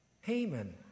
Haman